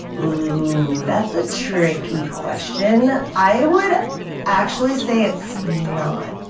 ooh! that's a tricky question. i would actually say it's not,